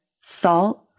salt